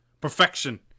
Perfection